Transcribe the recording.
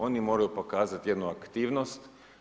Oni moraju pokazati jednu aktivnost.